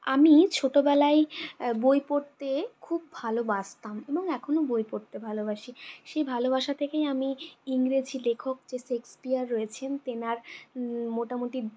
আমি ছোটোবেলায় বই পড়তে খুব ভালবাসতাম এবং এখনো বই পড়তে ভালবাসি সেই ভালবাসা থেকেই আমি ইংরেজি লেখক যে শেক্সপিয়ার রয়েছেন তেনার মোটামুটি